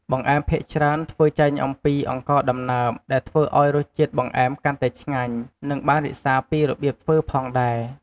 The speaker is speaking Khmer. បង្អែមភាគច្រើនធ្វើចេញអំពីអង្ករដំណើប ដែលធ្វើឱ្យរសជាតិបង្អែមកាន់តែឆ្ងាញ់ និងបានរក្សាពីរបៀបធ្វើផងដែរ។